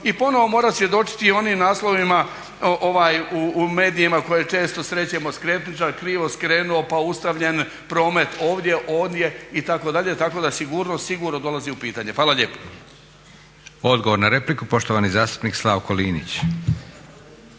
ponovno svjedočiti i onim naslovima u medijima koje često srećemo skretničar krivo skrenuo pa ustavljen promet ovdje, ondje itd. tako da sigurnost sigurno dolazi u pitanje. Hvala lijepo. **Leko, Josip (SDP)** Odgovor na repliku poštovani zastupnik Slavko Linić.